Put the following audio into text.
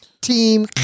team